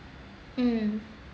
mm